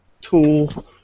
tool